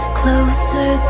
closer